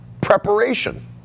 preparation